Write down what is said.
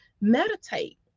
meditate